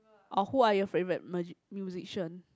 or who are your favourite magic musician